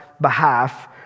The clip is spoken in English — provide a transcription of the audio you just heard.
behalf